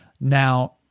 now